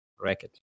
racket